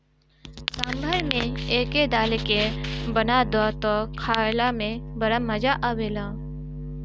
सांभर में एके डाल के बना दअ तअ खाइला में बड़ा मजा आवेला